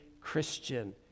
Christian